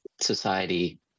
Society